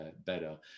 better